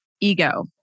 ego